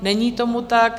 Není tomu tak.